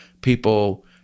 people